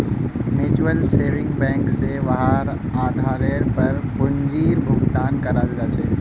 mutual saving bank स वहार आधारेर पर पूंजीर भुगतान कराल जा छेक